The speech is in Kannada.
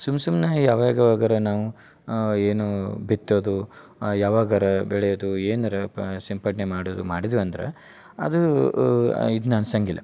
ಸುಮ್ ಸುಮ್ಮನ ಯವಾಗ ಯವಾಗರ ನಾವು ಏನು ಬಿತ್ತೋದು ಯಾವಾಗರ ಬೆಳೆಯೋದು ಏನಾರ ಪ ಸಿಂಪಡಣೆ ಮಾಡೋದು ಮಾಡಿದ್ವಿ ಅಂದ್ರ ಅದು ಇದನ್ನ ಅನ್ಸಂಗಿಲ್ಲ